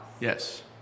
Yes